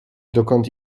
dokąd